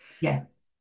yes